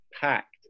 packed